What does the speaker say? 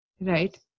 right